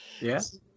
yes